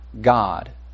God